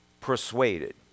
persuaded